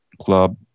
Club